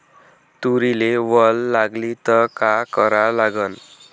तुरीले वल लागली त का करा लागन?